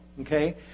okay